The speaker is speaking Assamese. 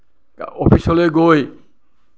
অফিচলৈ গৈ